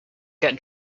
get